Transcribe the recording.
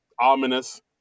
ominous